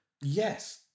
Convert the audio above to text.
yes